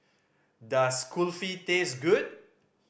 does Kulfi taste good